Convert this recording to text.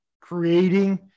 creating